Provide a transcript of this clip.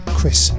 Chris